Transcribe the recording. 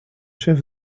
chef